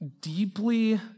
deeply